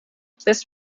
this